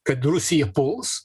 kad rusija puls